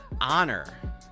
honor